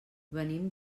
venim